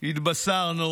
התבשרנו